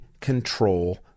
control